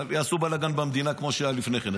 אבל הם יעשו בלגן במדינה כמו שהיה לפני כן,